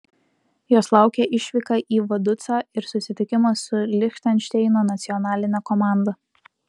jos laukia išvyka į vaducą ir susitikimas su lichtenšteino nacionaline komanda